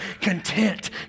content